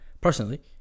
personally